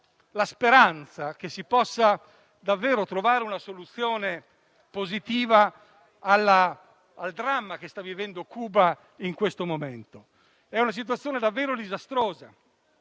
la speranza che si possa davvero trovare una soluzione positiva al dramma che sta vivendo Cuba in questo momento. È una situazione davvero disastrosa